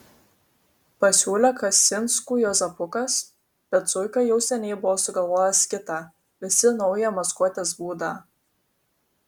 pasiūlė kasinskų juozapukas bet zuika jau seniai buvo sugalvojęs kitą visi naują maskuotės būdą